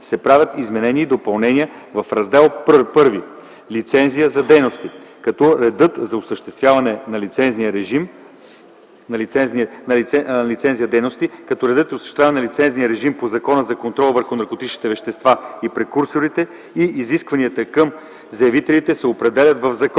се правят изменения и допълнения в Раздел І „Лицензия за дейности”, като редът за осъществяване на лицензионния режим по Закона за контрол върху наркотичните вещества и прекурсорите и изискванията към заявителите се определят в закон,